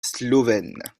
slovène